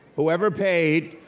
whoever paid,